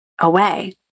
away